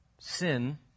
sin